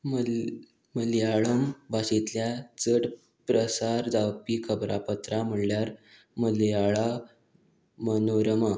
मल मलयाळम भाशेंतल्या चड प्रसार जावपी खबरापत्रां म्हणल्यार मलयाळा मनोरमा